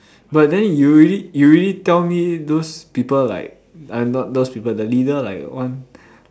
but then you already you already tell me those people like like not those people like the leader want